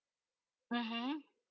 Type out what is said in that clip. mmhmm